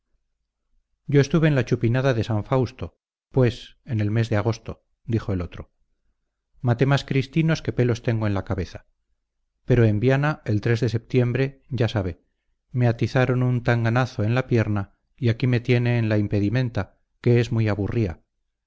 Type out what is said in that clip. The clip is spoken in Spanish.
yo estuve en la cuchipanda de san fausto pues en el mes de agosto dijo el otro maté más cristinos que pelos tengo en la cabeza pero en viana el de septiembre ya sabe me atizaron un tanganazo en la pierna y aquí me tiene en la impedimenta que es muy aburría